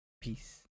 Peace